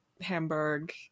Hamburg